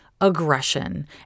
aggression